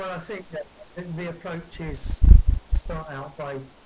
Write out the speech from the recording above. i think that the approach is start out by